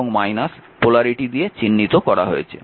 এবং একে এবং পোলারিটি দ্বারা চিহ্নিত করা হয়েছে